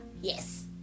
yes